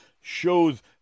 shows